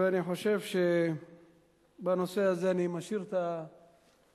אני חושב שבנושא הזה אני משאיר את הפצצה